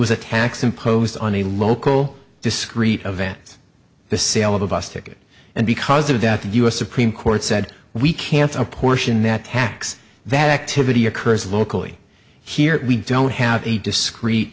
was a tax imposed on a local discrete events the sale of a bus ticket and because of that the u s supreme court said we can't apportion that tax that activity occurs locally here we don't have a discre